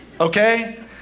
Okay